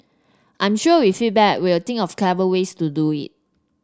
I'm sure with feedback we'll think of clever ways to do it